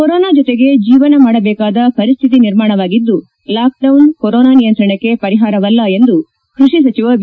corona ಜೊತೆಗೆ ಜೀವನ ಮಾಡಬೇಕಾದ ಪರಿಸ್ಥಿತಿ ನಿರ್ಮಾಣವಾಗಿದ್ದು ಲಾಕ್ ಡೌನ್ ಕೊರೋನಾ ನಿಯಂತ್ರಣಕ್ಕೆ ಪರಿಹಾರವಲ್ಲಾ ಎಂದು ಕೃಷಿ ಸಚಿವ ಬಿ